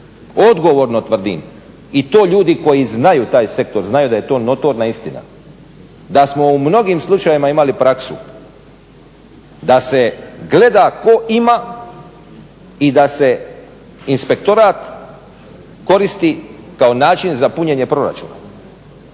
odgovorno tvrdim i to ljudi koji znaju taj sektor, znaju da je to notorna istina, da smo u mnogim slučajevima imali praksu da se gleda tko ima i da se Inspektorat koristi kao način za punjenje proračuna,